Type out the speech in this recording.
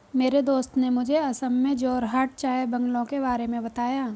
मेरे दोस्त ने मुझे असम में जोरहाट चाय बंगलों के बारे में बताया